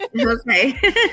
Okay